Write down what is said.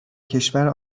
کشور